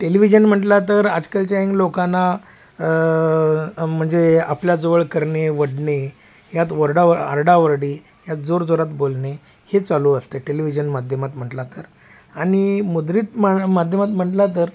television म्हटला तर आजकालच्या यंग लोकांना म्हणजे आपल्या जवळ करणे ओढणे यात वर्डाव अरडाओरडी यात जोर जोरात बोलणे हे चालू असते टेलिव्हिजन माध्यमात म्हटला तर आणि मुद्रित मा माध्यमात म्हटला तर